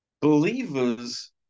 believers